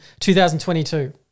2022